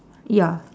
ya